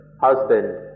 husband